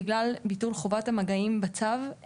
בגלל ביטול חובת המגעים בצו,